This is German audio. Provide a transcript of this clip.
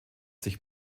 sich